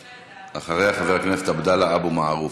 אחריה, חבר הכנסת עבדאללה אבו מערוף.